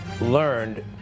learned